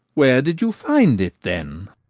where did you find it then?